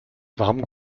warum